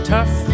tough